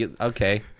okay